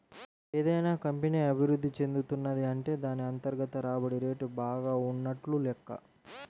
ఏదైనా కంపెనీ అభిరుద్ధి చెందుతున్నది అంటే దాన్ని అంతర్గత రాబడి రేటు బాగా ఉన్నట్లు లెక్క